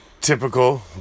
Typical